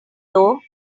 though